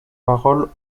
paroles